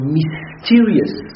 mysterious